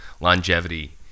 longevity